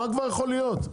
מה כבר יכול להיות?